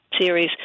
series